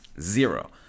Zero